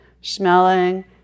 smelling